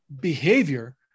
behavior